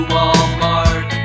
Walmart